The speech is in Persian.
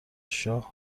شاه